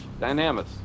Dynamis